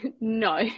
No